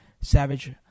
Savage